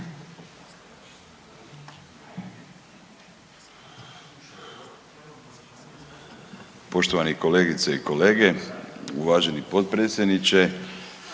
Poštovane kolegice i kolege. Uvaženi potpredsjedniče.